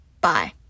bye